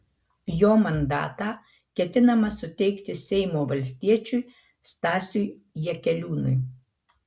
jo mandatą ketinama suteikti seimo valstiečiui stasiui jakeliūnui